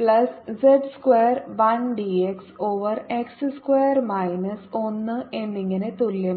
plus z square 1 dx over x square minus 1 എന്നിങ്ങനെ തുല്യമാണ്